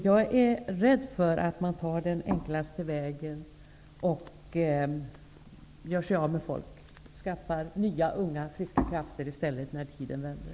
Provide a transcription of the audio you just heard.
Jag är rädd för att man tar den enklaste vägen och gör sig av med folk och i stället skaffar nya unga friska krafter när utvecklingen vänder.